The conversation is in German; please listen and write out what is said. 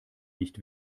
nicht